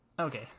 Okay